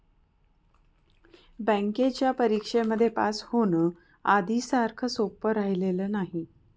बँकेच्या परीक्षेमध्ये पास होण, आधी सारखं सोपं राहिलेलं नाही